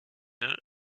œufs